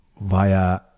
via